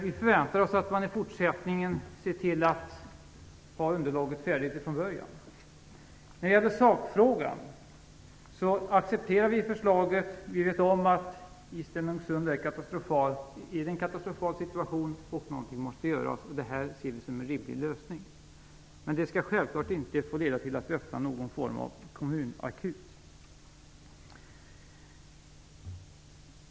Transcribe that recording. Vi förväntar oss att man i fortsättningen ser till att ha underlaget färdigt från början. När det gäller sakfrågan accepterar vi förslaget. Vi vet att situationen i Stenungsund är katastrofal och att någonting måste göras. Detta ser vi som en rimlig lösning. Men det skall självklart inte få leda till att vi öppnar någon form av kommunakut.